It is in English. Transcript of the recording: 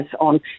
on